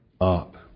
up